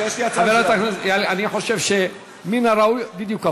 חברת הכנסת, אני חושב שמן הראוי, בדיוק הפוך.